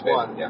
one